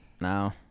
No